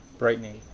brightening.